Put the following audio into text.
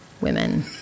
women